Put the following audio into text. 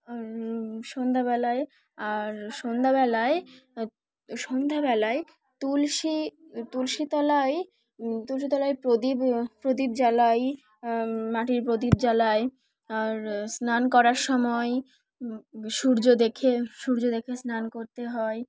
সন্ধ্যাবেলায় আর সন্ধ্যাবেলায় সন্ধ্যাবেলায় তুলসী তুলসী তলায় তুলসী তলায় প্রদীপ প্রদীপ জ্বালাই মাটির প্রদীপ জ্বালায় আর স্নান করার সময় সূর্য দেখে সূর্য দেখে স্নান করতে হয়